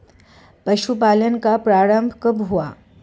पशुपालन का प्रारंभ कब हुआ?